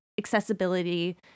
accessibility